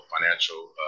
financial